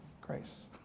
grace